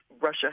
Russia